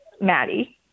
Maddie